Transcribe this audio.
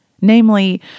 Namely